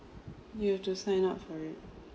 you have to sign up for it